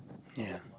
ya